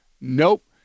Nope